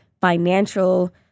financial